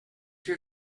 your